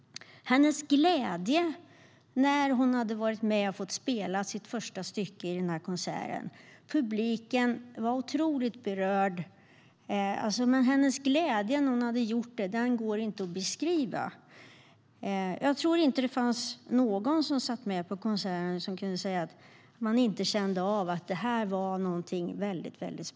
Hennes glädje när hon hade fått vara med och spela sitt första stycke i konserten går inte att beskriva. Publiken var otroligt berörd. Jag tror inte att det fanns någon som satt med på konserten som kunde säga att man inte kände av att det här var något mycket speciellt.